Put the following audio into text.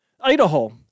Idaho